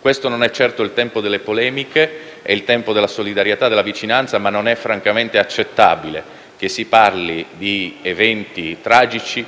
Questo non è certo il tempo delle polemiche: è il tempo della solidarietà e della vicinanza, ma non è francamente accettabile che si parli di eventi tragici